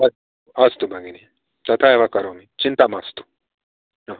अस्तु भगिनी तथा एव करोमि चिन्ता मास्तु